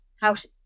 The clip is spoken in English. house